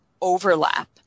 overlap